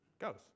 goes